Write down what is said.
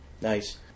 Nice